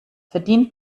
verdient